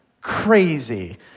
crazy